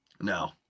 No